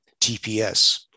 TPS